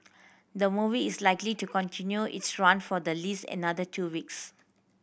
the movie is likely to continue its run for the least another two weeks